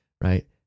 right